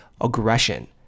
aggression